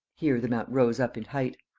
here the mount rose up in height.